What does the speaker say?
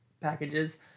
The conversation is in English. packages